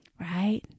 right